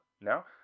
now